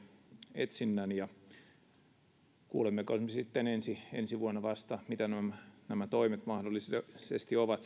etsinnän jää nähtäväksi kuulemmeko vasta ensi vuonna mitä nämä toimet mahdollisesti ovat